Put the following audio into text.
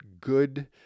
good